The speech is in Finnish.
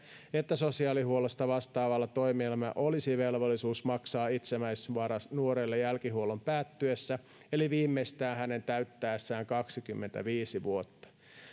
että sosiaalihuollosta vastaavalla toimielimellä olisi velvollisuus maksaa itsenäistymisvarat nuorelle jälkihuollon päättyessä eli viimeistään hänen täyttäessään kaksikymmentäviisi vuotta